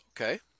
Okay